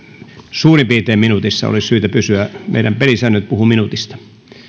suurin piirtein minuutissa olisi syytä pysyä meidän pelisääntömme puhuvat minuutista